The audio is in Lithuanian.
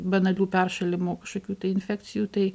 banalių peršalimo kažkokių tai infekcijų tai